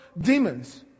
demons